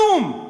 כלום.